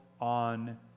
on